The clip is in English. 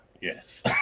Yes